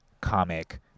comic